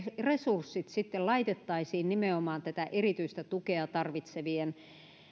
resurssit sitten laitettaisiin nimenomaan tätä erityistä tukea tarvitsevien